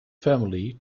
family